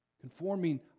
conforming